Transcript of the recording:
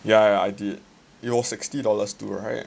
yeah yeah yeah I did it was sixty dollars too right